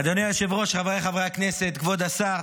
אדוני היושב-ראש, חבריי חברי הכנסת, כבוד השר,